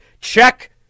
Check